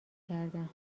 کردم